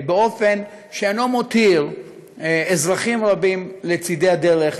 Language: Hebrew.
באופן שאינו מותיר אזרחים רבים לצד הדרך,